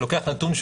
שלוקח נתון,